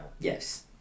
Yes